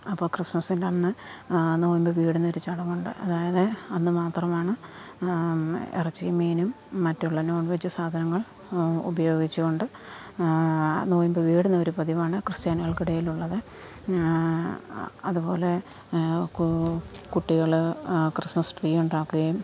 അപ്പോൾ ക്രിസ്മസ്സിൻ്റെ അന്ന് നൊയമ്പ് വീടുന്ന ഒരു ചടങ്ങുണ്ട് അതായത് അന്ന് മാത്രമാണ് ഇറച്ചിയും മീനും മറ്റുള്ള നോൺ വെജ് സാധനങ്ങൾ ഉപയോഗിച്ചു കൊണ്ട് നൊയമ്പ് വീടുന്ന ഒരു പതിവാണ് ക്രിസ്ത്യാനികൾക്ക് ഇടയിലുള്ളത് അതുപോലെ കുട്ടികൾ ക്രിസ്മസ് ട്രീ ഉണ്ടാക്കുകയും